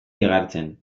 igartzen